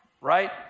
right